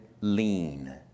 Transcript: lean